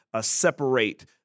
separate